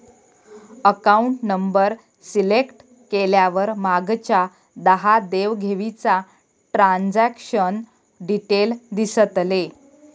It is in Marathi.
अकाउंट नंबर सिलेक्ट केल्यावर मागच्या दहा देव घेवीचा ट्रांजॅक्शन डिटेल दिसतले